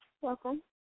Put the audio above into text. Welcome